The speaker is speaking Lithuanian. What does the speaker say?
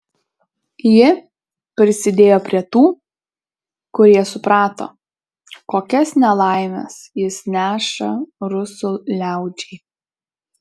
ji prisidėjo prie tų kurie suprato kokias nelaimes jis neša rusų liaudžiai